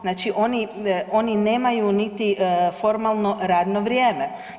Znači, oni nemaju niti formalno radno vrijeme.